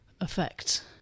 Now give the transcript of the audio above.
effect